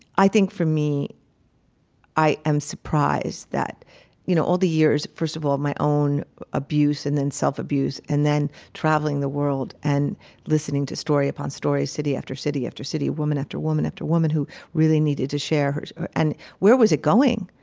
i think for me i am surprised that you know all the years first of all, my own abuse and then self-abuse and then traveling the world and listening to story upon story, city after city after city, woman after woman after woman who really needed to share, and where was it going?